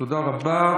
תודה רבה.